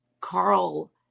Carl